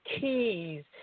keys